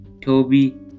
toby